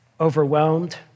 overwhelmed